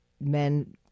men